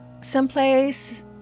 someplace